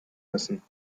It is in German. müssen